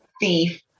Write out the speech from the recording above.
thief